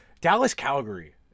Dallas-Calgary